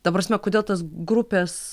ta prasme kodėl tas grupės